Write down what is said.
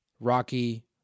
Rocky